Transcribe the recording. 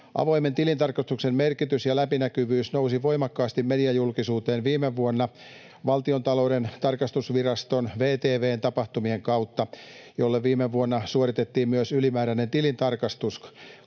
Avoimen tilintarkastuksen merkitys ja läpinäkyvyys nousivat voimakkaasti mediajulkisuuteen viime vuonna Valtiontalouden tarkastusviraston, VTV:n, tapahtumien kautta, jolle viime vuonna suoritettiin myös ylimääräinen tilintarkastus.